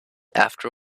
after